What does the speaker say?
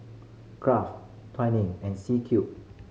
Kraft Twining and C Cube